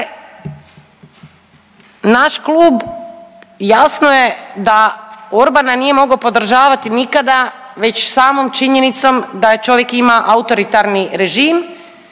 naš klub jasno je da Orbana nije mogao podržavati nikada već samom činjenicom da čovjek ima autoritarni režim